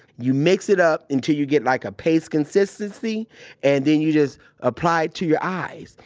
you mix it up until you get like a paste consistency and then you just apply it to your eyes.